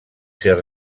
ser